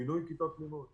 בינוי כיתות לימוד.